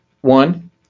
One